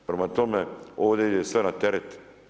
Prema tome, ovdje je sve na teret.